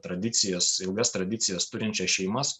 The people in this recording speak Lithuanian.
tradicijas ilgas tradicijas turinčias šeimas